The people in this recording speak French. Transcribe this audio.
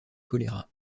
choléra